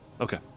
Okay